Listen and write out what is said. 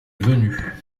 venu